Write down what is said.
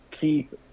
keep